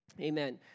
amen